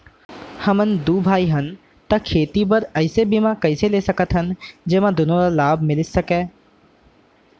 हमन दू भाई हन ता खेती बर ऐसे बीमा कइसे ले सकत हन जेमा दूनो ला लाभ मिलिस सकए?